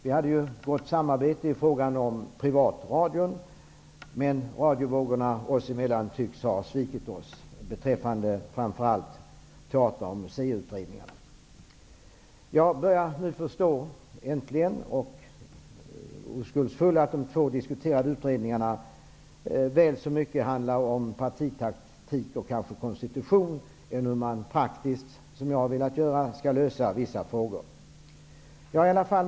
Vi hade ju ett gott samarbete i fråga om privatradion, men ''radiovågorna'' oss emellan tycks ha svikit oss beträffande framför allt teater och museiutredningarna. Jag börjar nu äntligen att förstå -- oskuldsfull som jag har varit -- att de två diskuterade utredningarna väl så mycket handlar om partitaktik som om hur man praktiskt skall lösa vissa frågor, såsom jag hade velat ha det.